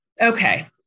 okay